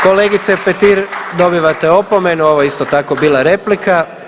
Kolegice Petir, dobivate opomenu, ovo je isto tako bila replika.